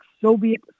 Soviet